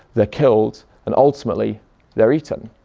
they're killed and ultimately they're eaten.